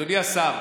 אין להם חשמל,